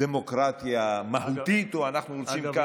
דמוקרטיה מהותית או דמוקרטיה,